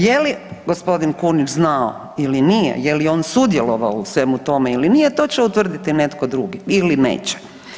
Je li gospodin Kunić znao ili nije, je li on sudjelovao u svemu tome ili nije to će utvrditi netko drugi ili neće.